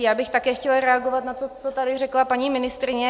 Také bych chtěla reagovat na to, co tady řekla paní ministryně.